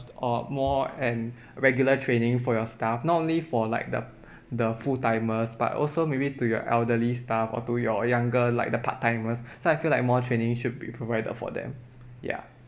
uh more and regular training for your staff not only for like the the full timers but also maybe to your elderly staff or to your younger like the part timers so I feel like more training should be provided for them ya